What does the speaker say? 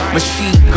Machine